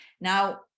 Now